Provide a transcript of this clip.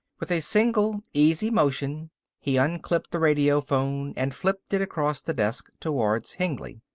with a single, easy motion he unclipped the radiophone and flipped it across the desk towards hengly.